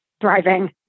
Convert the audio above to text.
thriving